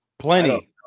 Plenty